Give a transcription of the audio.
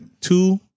two